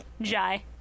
Jai